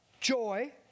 joy